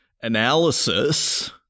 analysis